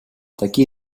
такие